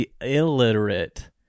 illiterate